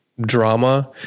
drama